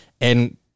and-